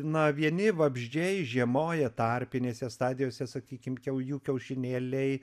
na vieni vabzdžiai žiemoja tarpinėse stadijose sakykim kiau jų kiaušinėliai